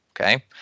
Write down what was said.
Okay